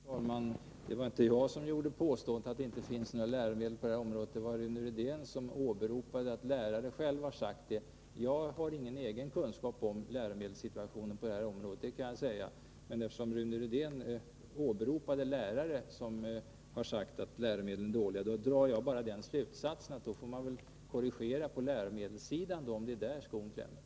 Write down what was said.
Fru talman! Det var inte jag som påstod att det inte finns några bra läromedel på detta område, utan det var Rune Rydén som sade att lärare själva framhållit detta. Själv har jag ingen kunskap om läromedelssituationen på det här området, men eftersom Rune Rydén åberopade lärare som sagt att läromedlen är dåliga, drog jag slutsatsen att det är bäst att korrigera på läromedelssidan — om det är där skon klämmer.